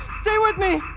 stay with me!